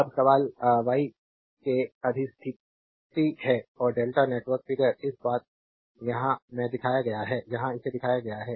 अब सवाल वाई के अधिस्थिति है और डेल्टा नेटवर्क फिगर इस बात यहां में दिखाया गया है यहां इसे दिखाया गया है